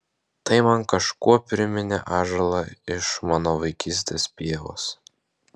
tai man kažkuo priminė ąžuolą iš mano vaikystės pievos